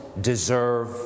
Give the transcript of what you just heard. deserve